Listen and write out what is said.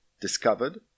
discovered